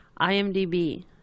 IMDb